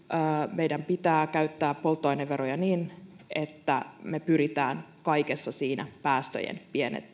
meidän pitää käyttää polttoaineveroja niin että me pyrimme kaikessa päästöjen